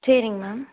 சரிங்க மேம்